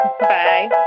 Bye